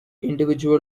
individual